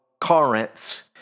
Corinth